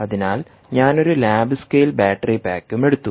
അതിനാൽ ഞാൻ ഒരു ലാബ് സ്കെയിൽ ബാറ്ററി പായ്ക്കും എടുത്തു